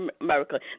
America